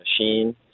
machine